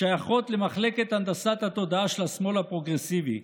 שייכות למחלקת הנדסת התודעה של השמאל הפרוגרסיבי.